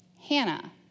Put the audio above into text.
Hannah